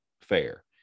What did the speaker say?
fair